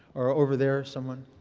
or over there, someone.